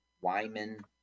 Wyman